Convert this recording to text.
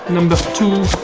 number two.